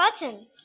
button